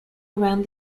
around